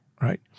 right